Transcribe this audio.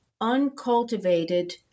uncultivated